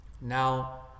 Now